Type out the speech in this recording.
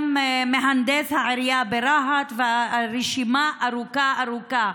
גם מהנדס העירייה ברהט, והרשימה ארוכה ארוכה.